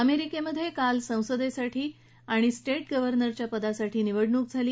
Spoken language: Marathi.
अमरिकेच्यक्राल संसदसीठी आणि स्टगव्हर्नरच्या पदासाठी निवडणूक झाली